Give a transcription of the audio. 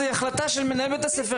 אחר כך ההחלטה היא של מנהל בית הספר,